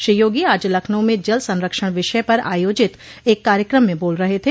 श्री योगी आज लखनऊ में जल संरक्षण विषय पर आयोजित एक कार्यक्रम में बोल रहे थे